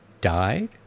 died